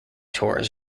tours